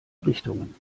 richtungen